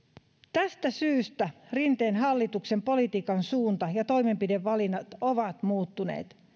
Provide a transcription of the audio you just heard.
tästä syystä rinteen hallituksen politiikan suunta ja toimenpidevalinnat ovat muuttuneet